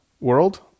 world